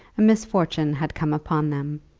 a misfortune had come upon them.